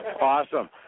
Awesome